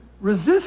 resist